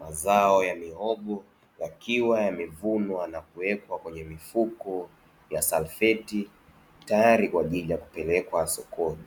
Mazao ya mihogo yakiwa yamevunwa na kuwekwa kwenye mifuko ya salfeti tayari kwaajili ya kwenda kupelekwa sokoni.